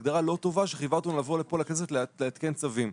הגדרה לא טובה שחייבה אותנו לבוא לפה לכנסת לעדכן צווים.